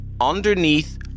underneath